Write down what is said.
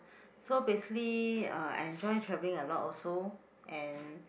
so basically uh I enjoy traveling a lot also and